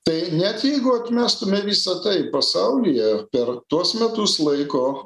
tai net jeigu atmestume visa tai pasaulyje per tuos metus laiko